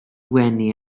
wenu